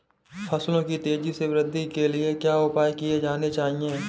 फसलों की तेज़ी से वृद्धि के लिए क्या उपाय किए जाने चाहिए?